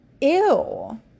Ew